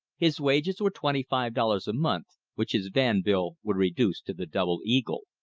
his wages were twenty-five dollars a month, which his van bill would reduce to the double eagle.